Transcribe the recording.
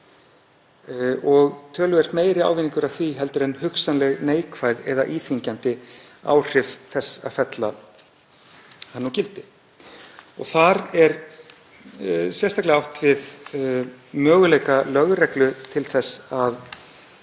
og töluvert meiri ávinningur af því heldur en hugsanleg neikvæð eða íþyngjandi áhrif þess að fella hana úr gildi. Þar er sérstaklega átt við möguleika lögreglu til þess að